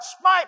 smite